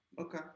Okay